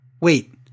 Wait